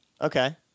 Okay